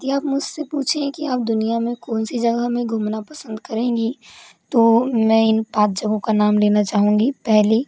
यदि आप मुझसे पूछें कि आप दुनिया में कौन सी जगह में घूमना पसंद करेंगी तो मैं इन पाँच जगहों का नाम लेना चाहूंगी पहली